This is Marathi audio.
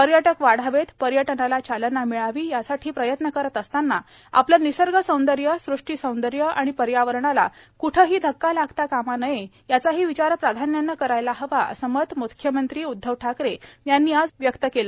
पर्यटक वाढावेत पर्यटनाला चालना मिळावी यासाठी प्रयत्न करत असताना आपले निसर्गसौंदर्य सृष्टीसौंदर्य आणि पर्यावरणाला कुठेही धक्का लागता कामा नये याचाही विचार प्राधान्याने करायला हवा असे मत म्ख्यमंत्री उद्वव ठाकरे यांनी आज व्यक्त केले